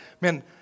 man